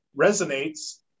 resonates